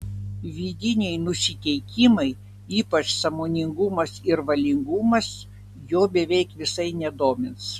vidiniai nusiteikimai ypač sąmoningumas ir valingumas jo beveik visai nedomins